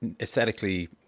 aesthetically